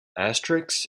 asterix